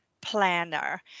planner